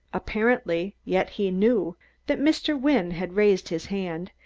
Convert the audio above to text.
apparently, yet he knew that mr. wynne had raised his hand,